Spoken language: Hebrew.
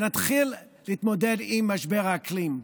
נתחיל להתמודד עם משבר האקלים,